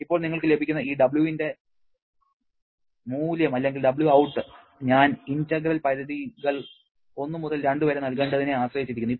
ഇപ്പോൾ നിങ്ങൾക്ക് ലഭിക്കുന്ന ഈ W വിന്റെ മൂല്യം അല്ലെങ്കിൽ Wout ഞാൻ ഇന്റഗ്രേഷൻ പരിധികൾ 1 മുതൽ 2 വരെ നൽകേണ്ടതിനെ ആശ്രയിച്ചിരിക്കുന്നു